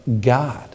God